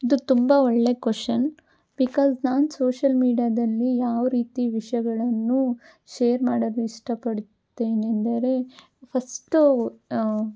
ಇದು ತುಂಬ ಒಳ್ಳೆಯ ಕೊಶ್ಶನ್ ಬಿಕಾಸ್ ನಾನು ಸೋಷಲ್ ಮೀಡ್ಯಾದಲ್ಲಿ ಯಾವ ರೀತಿಯ ವಿಷಯಗಳನ್ನು ಶೇರ್ ಮಾಡಲು ಇಷ್ಟಪಡುತ್ತೇನೆಂದರೆ ಫಸ್ಟು